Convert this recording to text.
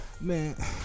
Man